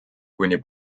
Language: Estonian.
kuni